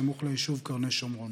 סמוך ליישוב קרני שומרון.